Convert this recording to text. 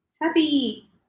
Happy